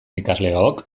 ikasleok